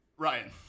Ryan